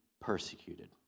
persecuted